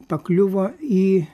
pakliuvo į